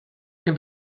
can